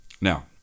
now